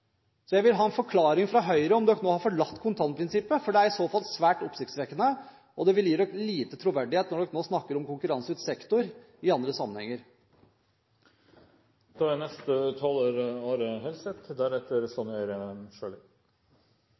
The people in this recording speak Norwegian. Så jeg vil ha en forklaring fra Høyre på om partiet nå har forlatt kontantprinsippet, for det er i så fall svært oppsiktsvekkende, og det vil gi dem lite troverdighet når de snakker om konkurranseutsatt sektor i andre